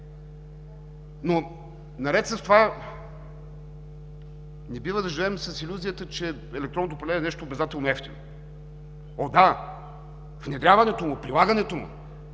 Наред с това не бива да живеем с илюзията, че електронното управление е нещо обезателно евтино. О да, внедряването му, прилагането му